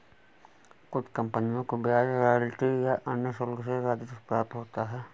कुछ कंपनियों को ब्याज रॉयल्टी या अन्य शुल्क से राजस्व प्राप्त होता है